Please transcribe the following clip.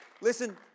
Listen